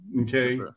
okay